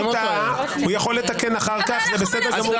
אם הוא טעה, הוא יכול לתקן אחר כך, וזה בסדר גמור